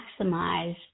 maximize